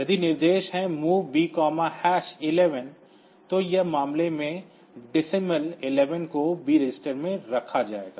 यदि निर्देश है MOV B11 तो इस मामले में दशमलव 11 को B रजिस्टर में रखा जाएगा